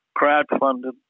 crowdfunded